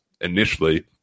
initially